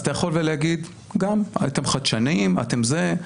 אז אתה יכול להגיד גם, אתם חדשניים, אתם זה.